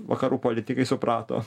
vakarų politikai suprato